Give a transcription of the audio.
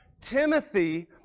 Timothy